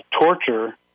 torture